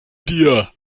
dir